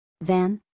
Van